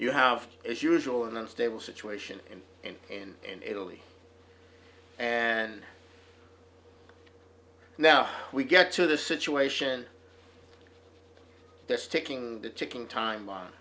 you have as usual an unstable situation in and in italy and now we get to the situation that's taking the ticking time